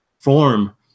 form